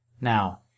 Now